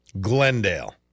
Glendale